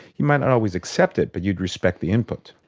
you might not always accept it but you'd respect the input.